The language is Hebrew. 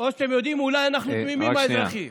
אתם יודעים, אולי אנחנו תמימים, האזרחים.